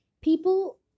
People